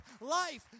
life